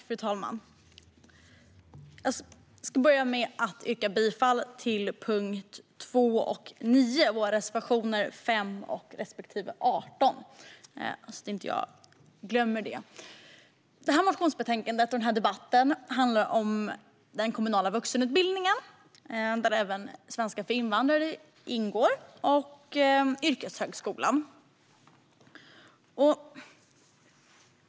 Fru talman! Jag ska börja med att yrka bifall till våra reservationer 5 respektive 18 under punkterna 2 och 9, så att jag inte glömmer det. Motionsbetänkandet och debatten handlar om den kommunala vuxenutbildningen, där även svenska för invandrare ingår, och om yrkeshögskolan.